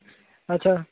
अच्छा